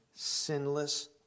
Sinless